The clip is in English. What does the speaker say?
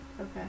okay